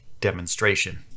demonstration